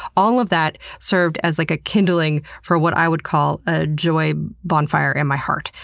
all of that served as like ah kindling for what i would call a joy bonfire in my heart.